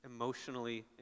emotionally